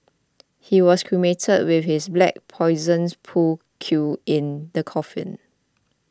he was cremated with his black Poison pool cue in the coffin